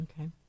Okay